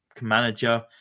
manager